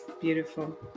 beautiful